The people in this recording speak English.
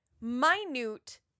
minute